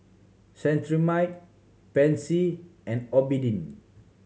Cetrimide Pansy and Obimin